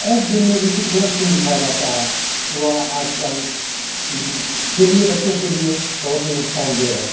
app बे में भी कुछ गलत सीन दिखाया जाता है वह आज कल के लिए बच्चों के लिए बहुत ही नुकसानदेह है